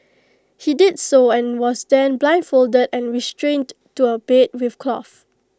he did so and was then blindfolded and restrained to A bed with cloth